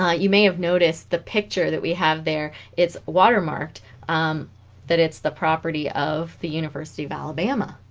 um you may have noticed the picture that we have there its water marked that it's the property of the university of alabama